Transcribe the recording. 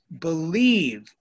believe